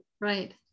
Right